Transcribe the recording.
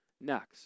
next